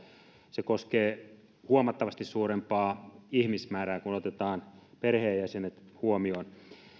se koskee huomattavasti suurempaa ihmismäärää kun otetaan perheenjäsenet huomioon